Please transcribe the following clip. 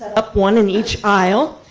up, one in each aisle.